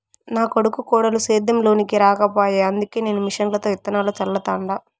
నా కొడుకు కోడలు సేద్యం లోనికి రాకపాయె అందుకే నేను మిషన్లతో ఇత్తనాలు చల్లతండ